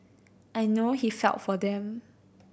I know he felt for them